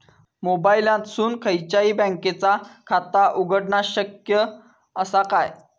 मोबाईलातसून खयच्याई बँकेचा खाता उघडणा शक्य असा काय?